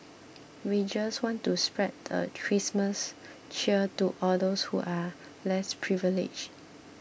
we just want to spread the Christmas cheer to all those who are less privileged